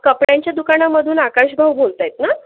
कपड्यांच्या दुकानामधून आकाशभाऊ बोलत आहेत ना